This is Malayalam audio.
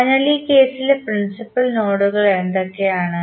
അതിനാൽ ഈ കേസിലെ പ്രിൻസിപ്പൽ നോഡുകൾ എന്തൊക്കെയാണ്